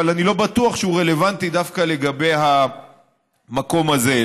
אבל אני לא בטוח שהוא רלוונטי דווקא לגבי המקום הזה.